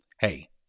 hey